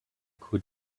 could